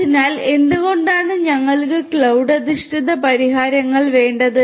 അതിനാൽ എന്തുകൊണ്ടാണ് ഞങ്ങൾക്ക് ക്ലൌഡ് അധിഷ്ഠിത പരിഹാരങ്ങൾ വേണ്ടത്